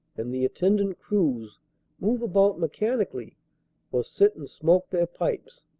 and the attendant crews move about mechanically or sit and smoke their pipes,